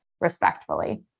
respectfully